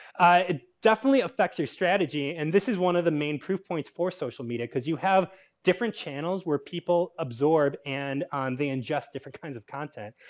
it definitely affects your strategy. and this is one of the main proof points for social media because you have different channels where people absorb. and they ingest different kinds of content.